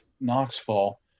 knoxville